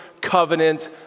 covenant